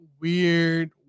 weird